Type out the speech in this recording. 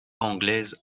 anglaise